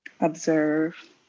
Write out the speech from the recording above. Observe